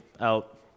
out